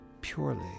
purely